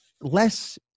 less